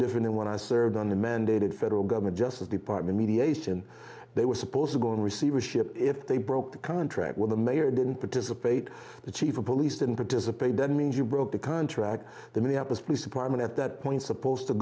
different than when i served on the mandated federal government justice department mediation they were supposed to go in receivership if they broke the contract with the mayor didn't participate the chief of police didn't participate doesn't mean you broke the contract the minneapolis police department at that point supposed to